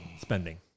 spending